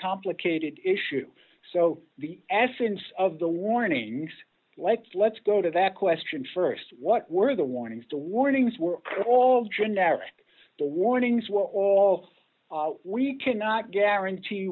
complicated issue so the essence of the warnings like let's go to that question st what were the warnings to warnings were all generic the warnings were all we cannot guarantee